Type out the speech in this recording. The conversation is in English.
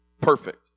perfect